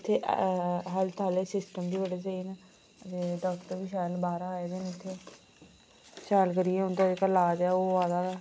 इत्थै हैल्थ आह्ले सिस्टम बी बड़े स्हेई न ते डाक्टर बी शैल न बाह्रां आए दे न इत्थै शैल करियै उंदा जेह्का लाज ऐ ओह होआ दा